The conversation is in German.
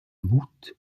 mut